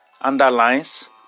underlines